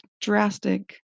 drastic